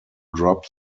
drop